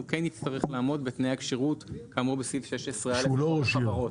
הוא כן יצטרך לעמוד בתנאי הכשירות כאמור בסעיף 16א לחוק החברות.